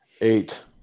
Eight